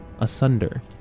asunder